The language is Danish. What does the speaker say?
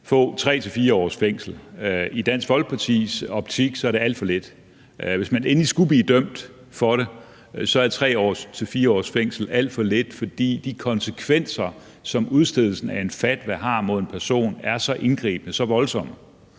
kan man få 3-4 års fængsel. I Dansk Folkepartis optik er det alt for lidt. Hvis man endelig skulle blive dømt for det, er 3-4 års fængsel alt for lidt, fordi de konsekvenser, som udstedelsen af en fatwa mod en person har, er så indgribende, så voldsomme.